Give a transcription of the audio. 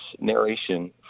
narration